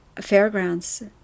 fairgrounds